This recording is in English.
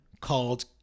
called